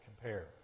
compare